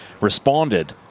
responded